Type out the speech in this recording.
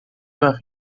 وخت